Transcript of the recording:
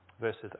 Verses